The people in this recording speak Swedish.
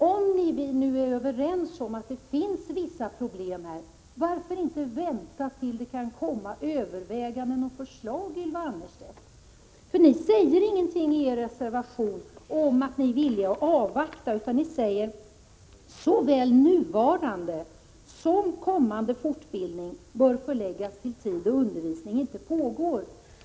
Om ni nu är överens om att det finns vissa problem i detta sammanhang, varför då inte vänta tills det kommer överväganden och förslag, Ylva Annerstedt? Ni säger ingenting i er reservation om att ni är villiga att avvakta utan ni säger att ”såväl nuvarande som kommande fortbildning bör förläggas till tid då undervisning inte pågår”.